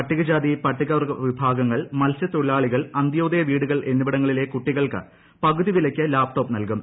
പട്ടിക ജാതി പട്ടിക വർഗ വിഭാഗങ്ങൾ മത്സ്യ തൊഴിലാളികൾ അന്ത്യോദയ വീടുകൾ എന്നിവിടങ്ങളിലെ കുട്ടികൾക്ക് പകുതി വിലയ്ക്ക് ലാപ്ടോപ്പ് നൽകും